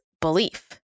belief